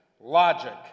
logic